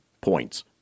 points